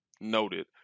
noted